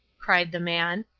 cried the man,